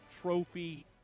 Trophy